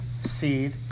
seed